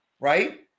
right